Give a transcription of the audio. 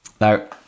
Now